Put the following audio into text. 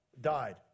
died